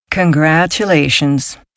Congratulations